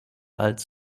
als